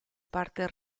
parte